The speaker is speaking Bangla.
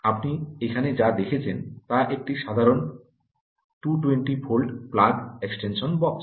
আপনি এখানে যা দেখছেন তা একটি সাধারণ 220 ভোল্ট প্লাগ এক্সটেনশন বক্স